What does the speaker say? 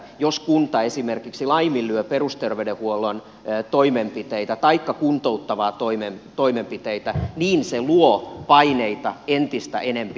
jos kunta esimerkiksi laiminlyö perusterveydenhuollon toimenpiteitä taikka kuntouttavia toimenpiteitä niin se luo paineita entistä enempi erikoissairaanhoitoon